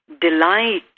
delight